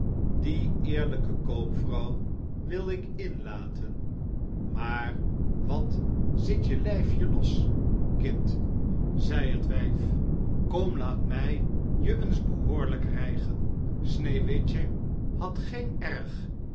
die eerlijke koopvrouw wil ik inlaten maar wat zit je lijfje los kind zei het wijf kom laat mij je eens behoorlijk rijgen sneeuwwitje had geen erg